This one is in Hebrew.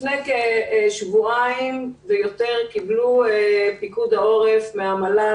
לפני כשבועיים ויותר קיבל פיקוד העורף מהמל"ל